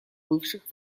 бывших